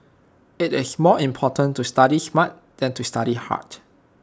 IT is more important to study smart than to study hard